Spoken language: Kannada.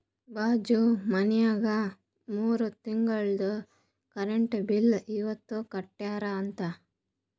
ಬಾಜು ಮನ್ಯಾಗ ಮೂರ ತಿಂಗುಳ್ದು ಕರೆಂಟ್ ಬಿಲ್ ಇವತ್ ಕಟ್ಯಾರ ಅಂತ್